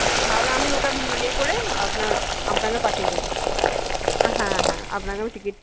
হ্যাঁ তাহলে আমি ওটা ইয়ে করে আপনার আপনাকে পাঠিয়ে দেব হ্যাঁ হ্যাঁ আপনাকে আমি টিকিট